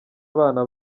abana